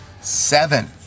seven